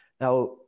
Now